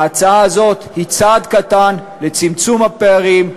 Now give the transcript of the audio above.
ההצעה הזאת היא צעד קטן לצמצום הפערים,